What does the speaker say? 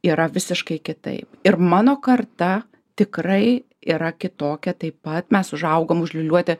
yra visiškai kitaip ir mano karta tikrai yra kitokia taip pat mes užaugom užliūliuoti